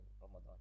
Ramadan